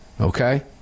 Okay